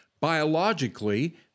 Biologically